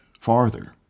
farther